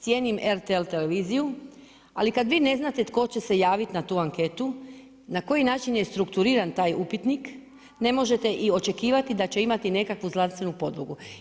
Cijenim RTL televiziju, ali kad vi ne znate tko će se javiti na tu anketu, na koji način je strukturiran taj upitnik, ne možete očekivati da će imati nekakvu znanstvenu podlogu.